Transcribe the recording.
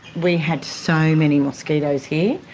we had so many mosquitoes here.